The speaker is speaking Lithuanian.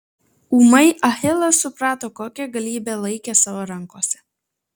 ūmai achilas suprato kokią galybę laikė savo rankose